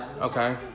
Okay